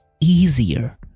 easier